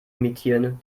imitieren